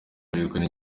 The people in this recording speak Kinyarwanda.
begukana